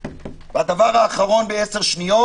והדבר האחרון בעשר שניות,